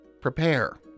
Prepare